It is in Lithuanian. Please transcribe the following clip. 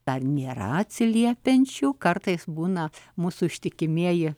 dar nėra atsiliepiančių kartais būna mūsų ištikimieji